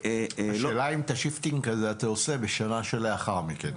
--- השאלה אם אתה עושה את השיפטינג הזה בשנה שלאחר מכן.